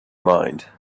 mind